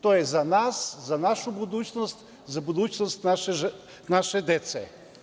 To je za nas, za našu budućnost, za budućnost naše dece.